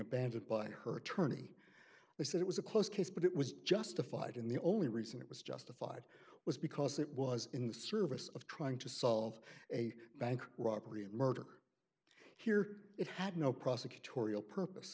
abandoned by her attorney they said it was a close case but it was justified in the only reason it was justified was because it was in the service of trying to solve a bank robbery and murder here it had no prosecutorial purpose